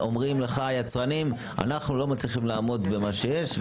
אומרים לך היצרנים אנחנו לא מצליחים לעמוד במה שיש,